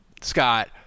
Scott